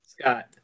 Scott